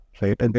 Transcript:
right